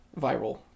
viral